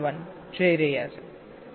જઈ રહ્યા છે